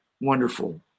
wonderful